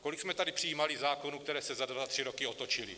Kolik jsme tady přijímali zákonů, které se za dva, za tři roky otočily?